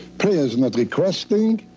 prayer is not requesting.